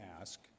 ask